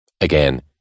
Again